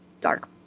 dark